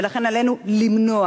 ולכן עלינו למנוע.